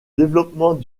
développement